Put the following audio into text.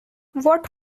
what